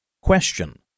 Question